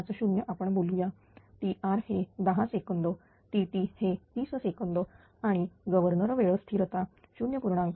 50 आपण बोलूया Tr हे 10 सेकंद Tt हे 30 सेकंद आणि गव्हर्नर वेळ स्थिरता 0